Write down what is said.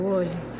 olho